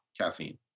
caffeine